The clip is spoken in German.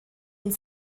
und